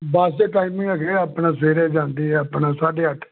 ਬੱਸ ਦੇ ਟਾਈਮ ਵੀ ਹੈਗੇ ਆਪਣਾ ਸਵੇਰੇ ਜਾਂਦੀ ਆਪਣਾ ਸਾਢੇ ਅੱਠ